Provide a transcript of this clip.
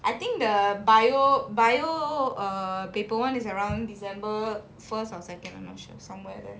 I think the biology biology uh paper one is around december first or second I'm not sure somewhere there